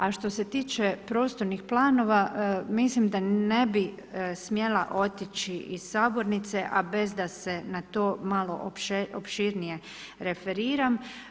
A što se tiče prostornih planova mislim da ne bi smjela otići iz sabornice a bez da se na to malo opširnije referiram.